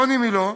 רוני מילוא,